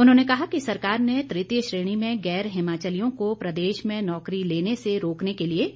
उन्होंने कहा कि सरकार ने तृतीय श्रेणी में गैर हिमाचलियों को प्रदेश में नौकरी लेने से रोकने के लिए